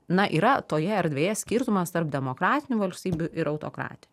na yra toje erdvėje skirtumas tarp demokratinių valstybių ir autokratin